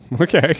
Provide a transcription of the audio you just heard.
okay